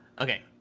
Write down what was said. Okay